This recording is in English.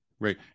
Right